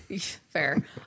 Fair